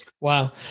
Wow